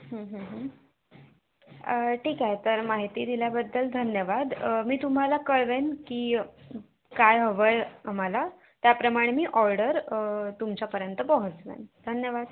ठीक आहे तर माहिती दिल्याबद्दल धन्यवाद मी तुम्हाला कळवेन की काय हवं आहे आम्हाला त्याप्रमाणे मी ऑर्डर तुमच्यापर्यंत पोहोचवेन धन्यवाद